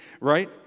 right